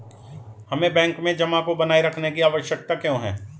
हमें बैंक में जमा को बनाए रखने की आवश्यकता क्यों है?